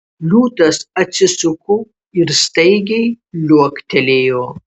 liūtas atsisuko ir staigiai liuoktelėjo